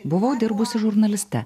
buvau dirbusi žurnaliste